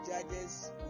judges